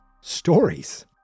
stories